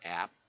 app